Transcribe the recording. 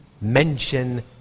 mention